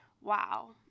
wow